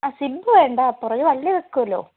ആ സിബ്ബ് വേണ്ട പുറകിൽ വള്ളി വയ്ക്കുമല്ലോ